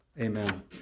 Amen